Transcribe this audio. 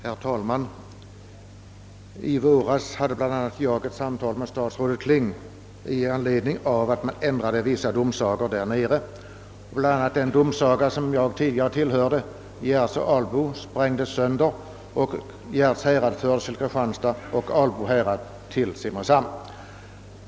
Herr talman! Jag hade i våras ett samtal med statsrådet Kling i anledning av att man ändrade vissa domsagor nere i Skåne, varvid bl.a. den domsaga jag tillhör, Gärds och Albo domsaga, sprängdes sönder. Gärds härad fördes över till Kristianstad och Albo härad till Simrishamn.